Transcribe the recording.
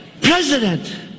president